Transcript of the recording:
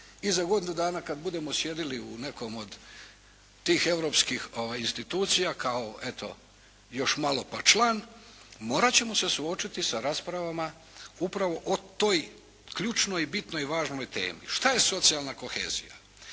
i za godinu dana kada budemo sjedili u nekom od tih europskih institucija kao, eto još malo pa član, morati ćemo se suočiti sa raspravama upravo o toj ključnoj i bitnoj i važnoj temi. Šta je socijalna kohezija?